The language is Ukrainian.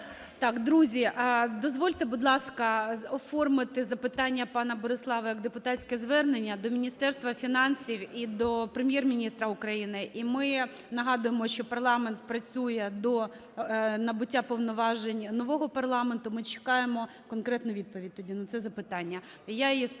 Так, друзі, дозвольте, будь ласка, оформити запитання пана Борислава як депутатське звернення до Міністерства фінансів і до Прем'єр-міністра України. І ми нагадуємо, що парламент працює до набуття повноважень нового парламенту. Ми чекаємо конкретну відповідь тоді на це запитання,